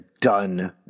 done